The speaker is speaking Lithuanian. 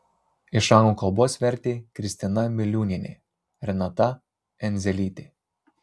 iš anglų kalbos vertė kristina miliūnienė renata endzelytė